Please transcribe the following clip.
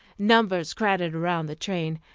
numbers crowded around the train,